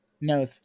No